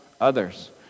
others